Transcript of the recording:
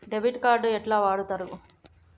Debit card ఎట్లా వాడుతరు?